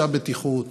אשר לנושא הבטיחות,